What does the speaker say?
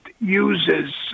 uses